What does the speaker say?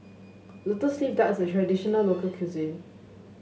lotus leaf duck is a traditional local cuisine